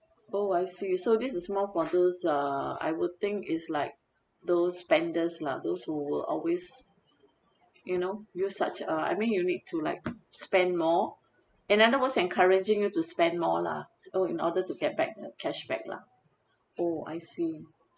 oh I see so this is more for those uh I would think it's like those vendors lah those who will always you know use such a I mean you need to like spend more another words encouraging you to spend more lah so in order to get back the cashback lah oh I see